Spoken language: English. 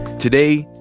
today,